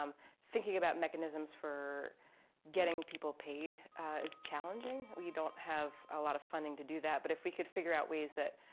um thinking about mechanisms for getting people paid is challenging. we don't have a lot of funding to do that. but if we could figure out ways that